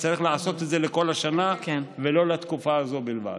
וצריך לעשות את זה לכל השנה ולא לתקופה הזאת בלבד.